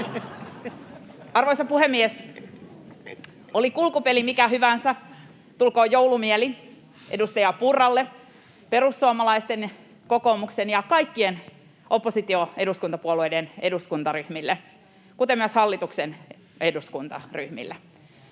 Arvoisa puhemies! Oli kulkupeli mikä hyvänsä, tulkoon joulumieli edustaja Purralle, perussuomalaisten, kokoomuksen ja kaikkien oppositioeduskuntapuolueiden eduskuntaryhmille, kuten myös hallituksen eduskuntaryhmille.